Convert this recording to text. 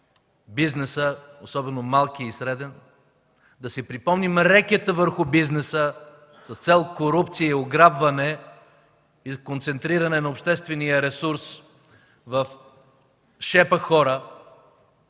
бизнеса, особено малкия и среден; да си припомним рекета върху бизнеса с цел корупция, ограбване и концентриране на обществения ресурс в шепа хора;